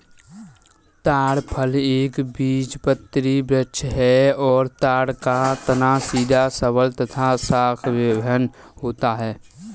ताड़ फल एक बीजपत्री वृक्ष है और ताड़ का तना सीधा सबल तथा शाखाविहिन होता है